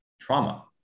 trauma